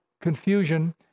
confusion